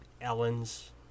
Ellen's